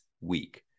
week